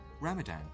Ramadan